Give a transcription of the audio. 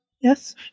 Yes